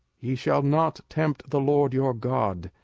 ye shall not tempt the lord your god,